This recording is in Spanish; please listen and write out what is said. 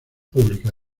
pública